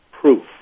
proof